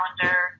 calendar